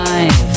Life